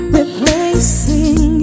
Replacing